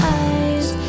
eyes